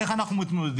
איך אנחנו מתמודדים,